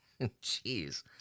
Jeez